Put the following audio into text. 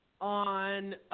on